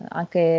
anche